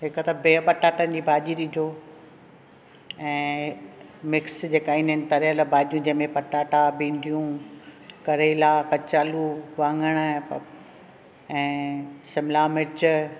हिकु त भे पटाटनि जी भाॼी ॾिजो ऐं मिक्स जेका ईंदा आहिनि तरियल भाजि॒यूं जंहिंमे पटाटा भींडियूं करेला कचालू वाङण ऐं शिमला मिर्च